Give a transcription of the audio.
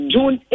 June